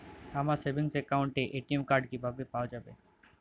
আমার সেভিংস অ্যাকাউন্টের ATM card কিভাবে পাওয়া যাবে?